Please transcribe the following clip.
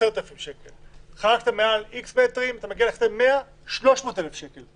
10,000 שקל, אם חרגת מעל X מטרים 300,000 שקל.